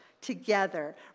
together